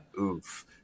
oof